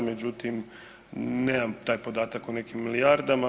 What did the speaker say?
Međutim, nemam taj podatak o nekim milijardama.